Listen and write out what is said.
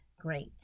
great